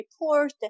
report